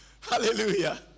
Hallelujah